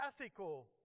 Ethical